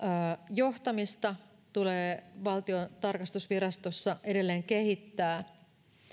johtamista tulee valtiontalouden tarkastusvirastossa edelleen kehittää